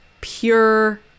pure